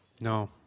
No